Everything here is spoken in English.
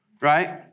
right